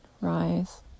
rise